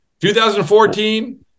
2014